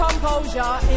Composure